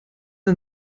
ein